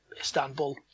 Istanbul